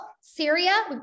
Syria